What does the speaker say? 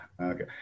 Okay